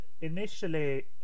initially